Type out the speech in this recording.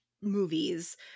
movies